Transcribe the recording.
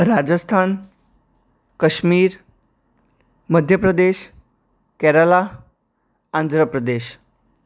Rajasthan Kashmir Madhya Pradesh Kerala Andhra Pradesh